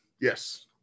yes